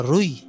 Rui